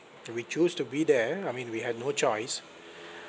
we choose to be there I mean we had no choice